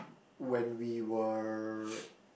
when we were